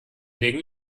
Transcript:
legen